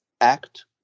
act